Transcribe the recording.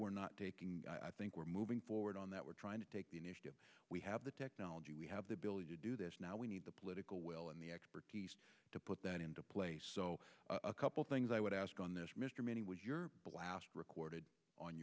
we're not taking i think we're moving forward on that we're trying to take the initiative we have the technology we have the ability to do this now we need the political will and the expertise to put that into place so a couple things i would ask on this mr many with your blast recorded on